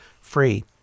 free